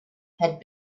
had